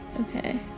Okay